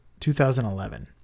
2011